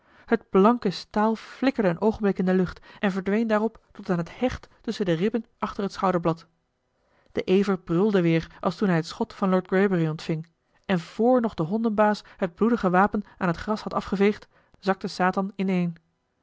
het blanke staal flikkerde een oogenblik in de lucht en verdween daarop tot aan het hecht tusschen de ribben achter het schouderblad de ever brulde weer als toen hij het schot van lord greybury ontving en vr nog de hondenbaas het bloedige wapen aan het gras had afgeveegd zakte satan ineen